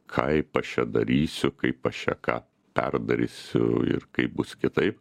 kaip aš čia darysiu kaip aš čia ką perdarysiu ir kaip bus kitaip